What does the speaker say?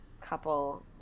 couple